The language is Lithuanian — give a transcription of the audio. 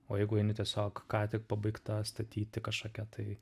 o jeigu eini tiesiog ką tik pabaigta statyti kažkokia tai